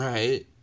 Right